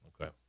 okay